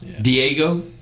Diego